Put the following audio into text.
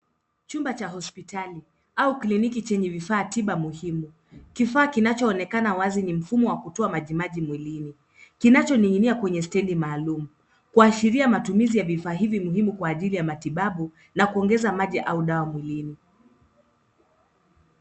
Chumba cha hospitali au kliniki chenye vifaa tiba muhimu. Kifaa kinachoonekana wazi ni mfumo wa kutoa majimaji mwilini kinachoning'inia kwenye stedi maalum. Kuashiria matumizi ya vifaa hivi muhimu kwa ajili ya matibabu na kuongeza maji au dawa mwilini.